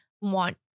want